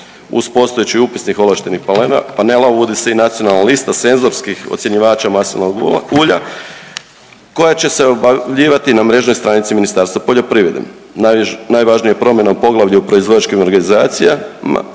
Uz postojeći upisnik ovlaštenih panela uvodi se i nacionalna lista senzorskih ocjenjivača maslinovog ulja koja će se objavljivati na mrežnim stranici Ministarstva poljoprivrede. Najvažnija je promjena u Poglavlju proizvođačkim organizacijama,